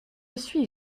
suis